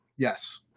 Yes